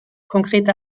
konkrete